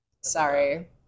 sorry